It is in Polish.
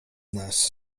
nas